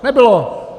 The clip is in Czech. Nebylo!